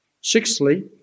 Sixthly